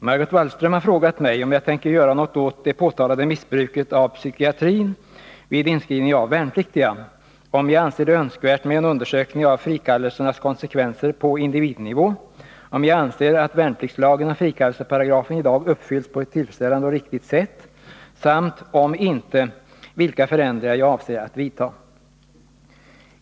Herr talman! Margot Wallström har frågat mig om jag tänker göra något åt det påtalade missbruket av psykiatrin vid inskrivning av värnpliktiga, om jag anser det önskvärt med en undersökning av frikallelsernas konsekvenser på individnivå, om jag anser att värnpliktslagen och frikallelseparagrafen i dag uppfylls på ett tillfredsställande och riktigt sätt samt, om inte, vilka förändringar jag avser att vidta.